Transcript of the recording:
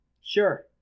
Sure